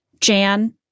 Jan